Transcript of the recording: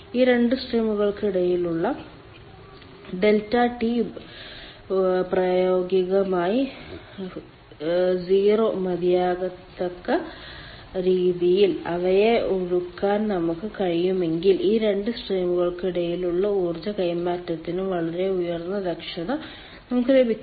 ഈ 2 സ്ട്രീമുകൾക്കിടയിലുള്ള ∆T പ്രായോഗികമായി 0 മതിയാകത്തക്ക രീതിയിൽ അവയെ ഒഴുകാൻ നമുക്ക് കഴിയുമെങ്കിൽ ഈ 2 സ്ട്രീമുകൾക്കിടയിലുള്ള ഊർജ്ജ കൈമാറ്റത്തിന്റെ വളരെ ഉയർന്ന ദക്ഷത നമുക്ക് ലഭിക്കും